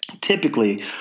typically